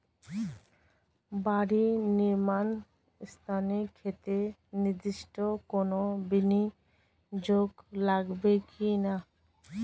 বাড়ি নির্মাণ ঋণের ক্ষেত্রে নির্দিষ্ট কোনো বিনিয়োগ লাগবে কি না?